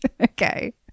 Okay